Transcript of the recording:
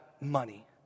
money